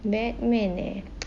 batman eh